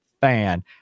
Fan